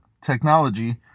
technology